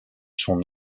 son